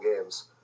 games